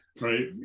right